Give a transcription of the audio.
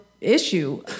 issue